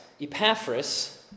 Epaphras